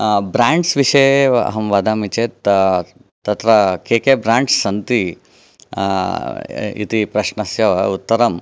brands विषये अहं वदामि चेत् तत्र के के ब्रेण्ड्स् सन्ति इति प्रश्नस्य उत्तरम्